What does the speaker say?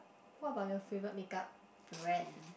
what about your favourite makeup brand